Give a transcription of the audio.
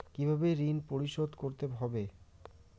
কিভাবে ঋণ পরিশোধ করতে হবে?